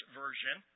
version